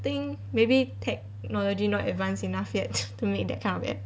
I think maybe technology not advanced enough yet to make that kind of app